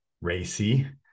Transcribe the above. racy